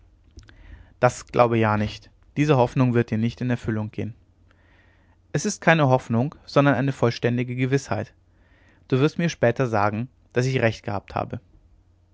das glaube ja nicht diese hoffnung wird dir nicht in erfüllung gehen es ist keine hoffnung sondern eine vollständige gewißheit du wirst mir später sagen daß ich recht gehabt habe